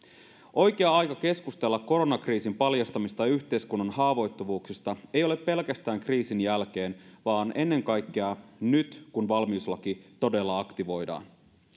oikea aika keskustella koronakriisin paljastamista yhteiskunnan haavoittuvuuksista ei ole pelkästään kriisin jälkeen vaan ennen kaikkea nyt kun valmiuslaki todella aktivoidaan